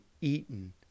eaten